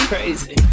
Crazy